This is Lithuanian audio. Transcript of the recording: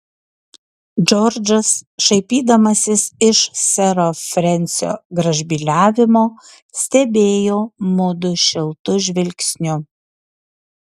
džordžas šaipydamasis iš sero frensio gražbyliavimo stebėjo mudu šiltu žvilgsniu